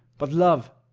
but love,